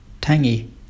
tangy